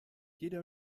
jeder